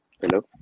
Hello